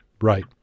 Right